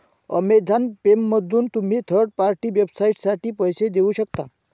Amazon पेमधून तुम्ही third party वेबसाइटसाठी पैसे देऊ शकता